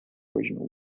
original